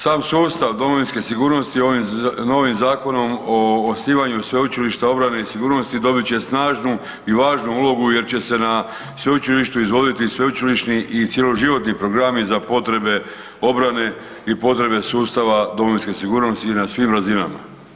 Sam sustav domovinske sigurnosti ovim novim Zakonom o osnivanju Sveučilišta obrane i sigurnosti dobit će snažnu i važnu ulogu jer će se na sveučilištu izvoditi sveučilišni i cjeloživotni programi za potrebe obrane i potrebe sustava domovinske sigurnosti na svim razinama.